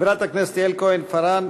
חברת הכנסת יעל כהן-פארן,